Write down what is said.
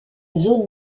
zone